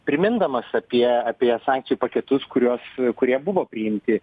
primindamas apie apie sankcijų paketus kuriuos kurie buvo priimti